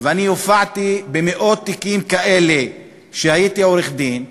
ואני הופעתי במאות תיקים כאלה כשהייתי עורך-דין,